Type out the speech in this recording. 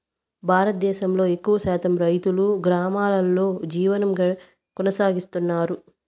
భారతదేశంలో ఎక్కువ శాతం రైతులు గ్రామాలలో జీవనం కొనసాగిస్తన్నారు